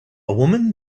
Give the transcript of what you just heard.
woman